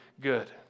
good